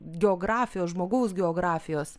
geografijos žmogaus geografijos